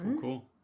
cool